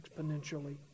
exponentially